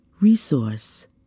resource